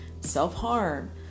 self-harm